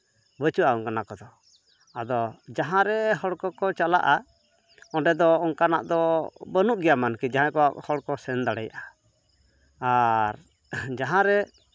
ᱵᱟᱹᱪᱩᱜᱼᱟ ᱚᱱᱟ ᱠᱚᱫᱚ ᱟᱫᱚ ᱡᱟᱦᱟᱸᱨᱮ ᱦᱚᱲ ᱠᱚᱠᱚ ᱪᱟᱞᱟᱜᱼᱟ ᱚᱸᱰᱮ ᱫᱚ ᱚᱱᱠᱟᱱᱟᱜ ᱫᱚ ᱵᱟᱹᱱᱩᱜ ᱜᱮᱭᱟ ᱮᱢᱚᱱᱠᱤ ᱡᱟᱦᱟᱸᱭ ᱠᱚᱣᱟᱜ ᱦᱚᱲᱠᱚ ᱥᱮᱱ ᱫᱟᱲᱮᱭᱟᱜᱼᱟ ᱟᱨ ᱡᱟᱦᱟᱸᱨᱮ